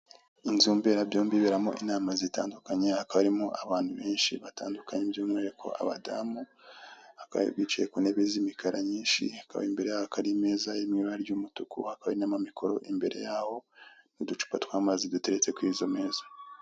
Inzu mberabyombi iberemo inama zitandukanye hakaba harimo abantu benshi batandukanye by'umwihariko abadamu bakaba bicaye ku ntebe z'imikara nyinshi hakaba imbere yaho hakaba hari imeza iri mu ibara ry'umutuku hakaba hari n'amamikoro imbere yabo n'uducupa tw'amazi duteretse kuri izo meza.